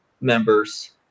members